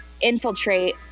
infiltrate